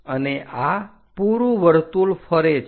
અને આ પૂરું વર્તુળ ફરે છે